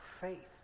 faith